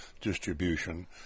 distribution